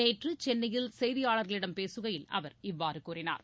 நேற்று சென்னையில் செய்தியாளர்களிடம் பேசுகையில் அவர் இவ்வாறு கூறினார்